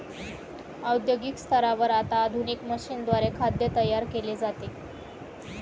औद्योगिक स्तरावर आता आधुनिक मशीनद्वारे खाद्य तयार केले जाते